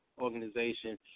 organization